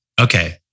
Okay